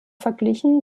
verglichen